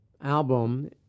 album